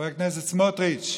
סעיד אלחרומי,